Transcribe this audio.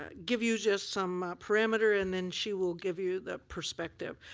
ah give you just some parameter and and she will give you the perspective.